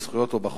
בזכויות ובחובות.